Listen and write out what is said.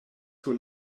sur